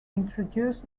introduce